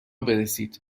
برسید